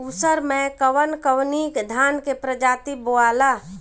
उसर मै कवन कवनि धान के प्रजाति बोआला?